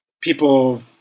people